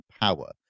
power